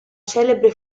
celebre